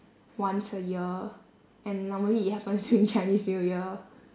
once a year and normally it happens during chinese new year